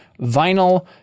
Vinyl